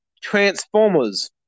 Transformers